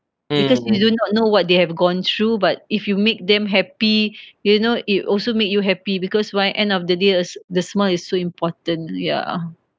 because you do not know what they have gone through but if you make them happy you know it also make you happy because why end of the day the the smile is so important ya